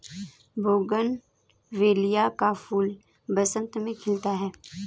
bougainvillea का फूल बसंत में खिलता है